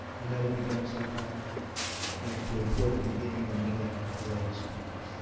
and that will be done some time next week, toward the beginning or middle at the latest part.